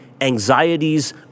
anxieties